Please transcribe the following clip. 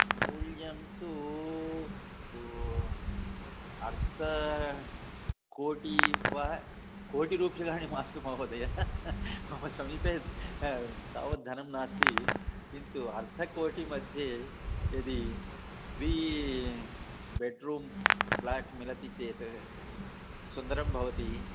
मूल्यं तु किन्तु अर्धकोटि वा कोटिरूप्यकाणि मास्तु महोदय मम समीपे तावद्धनं नास्ती किन्तु अर्धकोटिमध्ये यदि द्वी बेड्रूम् फ्लाट् मिलति चेत् सुन्दरं भवति